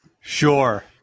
Sure